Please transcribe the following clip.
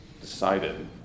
decided